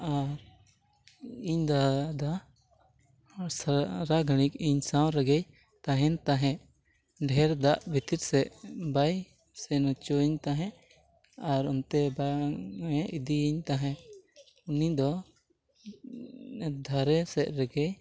ᱟᱨ ᱤᱧ ᱫᱟᱫᱟ ᱥᱟᱨᱟ ᱜᱷᱟᱲᱤᱡ ᱤᱧ ᱥᱟᱶᱨᱮᱜᱮᱭ ᱛᱟᱦᱮᱱ ᱛᱟᱦᱮᱸᱫ ᱰᱷᱮᱨ ᱫᱟᱜ ᱵᱷᱤᱛᱤᱨ ᱥᱮᱫ ᱵᱟᱭ ᱥᱮᱱ ᱦᱚᱪᱚᱣᱟᱹᱧ ᱛᱟᱦᱮᱸᱫ ᱟᱨ ᱚᱱᱛᱮ ᱵᱟᱝ ᱮ ᱤᱫᱤᱭᱤᱧ ᱛᱟᱦᱮᱸᱫ ᱩᱱᱤ ᱫᱚ ᱫᱷᱟᱨᱮ ᱥᱮᱫ ᱨᱮᱜᱮᱭ